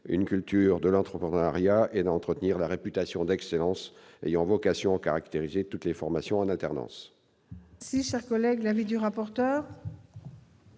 une culture de l'entrepreneuriat et entretenir la réputation d'excellence ayant vocation à caractériser toutes les formations en alternance. Très bien ! Quel est l'avis de la